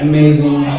Amazing